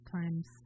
times